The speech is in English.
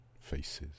faces